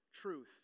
truth